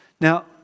Now